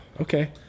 Okay